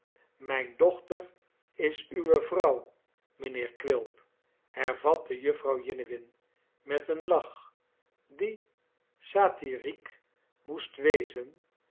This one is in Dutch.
mijne dochter is uwe vrouw mijnheer quilp hervatte jufvrouw jiniwin met een lach die satiriek moest wezen